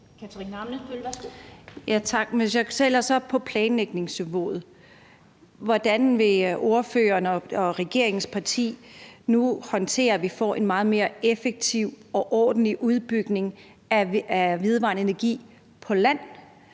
hvordan vil ordføreren og regeringspartiet så nu håndtere, at vi får en meget mere effektiv og ordentlig udbygning af vedvarende energi på land?